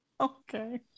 Okay